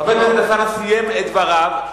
חבר הכנסת אלסאנע סיים את דבריו.